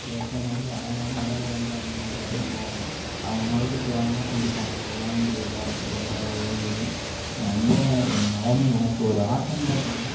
இங்கே இருக்கவங்க வந்து அவங்கவுங்க வேலையை வந்து அவங்கவுங்க பார்த்துட்டு போவாங்க அவங்கவுங்களுக்கு தேவைன்னா செஞ்சுப்பாங்க அது தான் இங்கே எல்லாருக்கும் எல்லாரோட இயல்புமே நம்ப என் நிலம எனக்கு ஒரு ஆசைன்னு பார்த்தீங்கன்னா